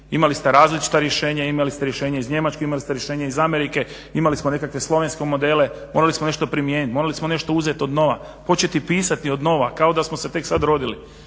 Imali ste različita rješenja, imali ste rješenje iz Njemačke, imali ste rješenje iz Amerike, imali smo nekakve slovenske modele, morali smo nešto primijeniti, morali smo nešto uzet od nova, početi pisati od nova kao da smo se tek sad rodili.